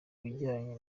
bijyanye